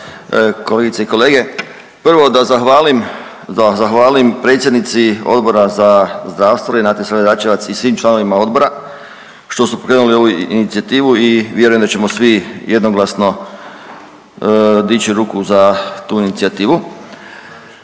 kolegice i kolege. Prvo da zahvalim predsjednici Odbora za zdravstvo Renati Sabljar Dračevac i svim članovima odbora što su pokrenuli ovu inicijativu i vjerujem da ćemo svi jednoglasno dići ruku za tu inicijativu